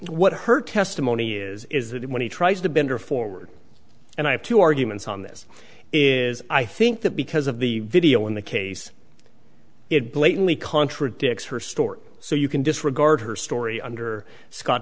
what her testimony is is that when he tries to bend or forward and i have two arguments on this is i think that because of the video in the case it blatantly contradicts her story so you can disregard her story under scott